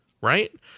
right